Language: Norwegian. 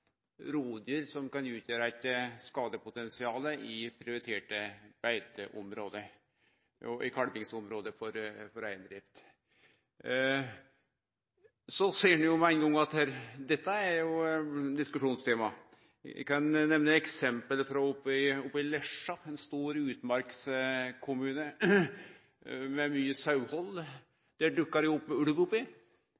som kan utgjere eit skadepotensial i prioriterte beiteområde og i kalvingsområde for reindrift. Ein ser jo med ein gong at dette er eit diskusjonstema. Eg kan nemne eit eksempel frå Lesja, ein stor utmarkskommune med mykje